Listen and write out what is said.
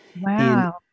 Wow